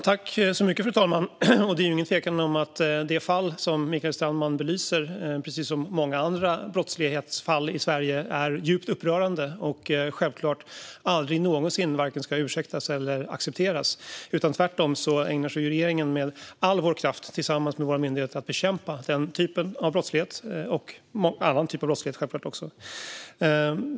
Fru talman! Det är ingen tvekan om att det fall som Mikael Strandman belyser, precis som många andra brottsfall i Sverige, är djupt upprörande och självklart aldrig någonsin ska vare sig ursäktas eller accepteras. Tvärtom ägnar sig regeringen med all kraft tillsammans med sina myndigheter åt att bekämpa den typen av brottslighet - och självklart också annan typ av brottslighet.